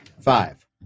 five